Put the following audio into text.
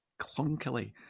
clunkily